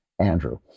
Andrew